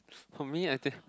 for me I think